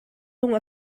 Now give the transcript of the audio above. lung